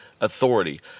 authority